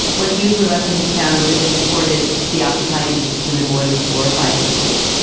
what jews were left in his town would have been deported to the occupied east. when the boy was four or five years old.